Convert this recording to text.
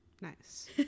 Nice